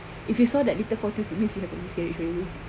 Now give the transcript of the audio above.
if you saw that little photos means you dah miscarriage already